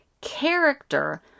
character